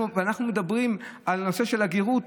אנחנו מדברים על הנושא של הגרות,